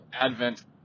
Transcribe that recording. advent